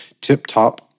tip-top